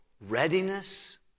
Readiness